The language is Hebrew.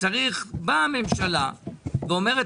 באה הממשלה ואומרת